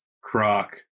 Croc